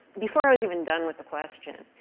before i was even done with the question,